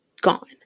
gone